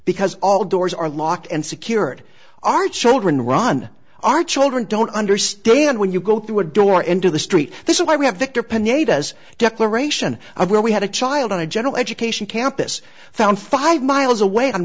because all doors are locked and secured our children run our children don't understand when you go through a door into the street this is why we have victor pinay does declaration of where we had a child on a general education campus found five miles away on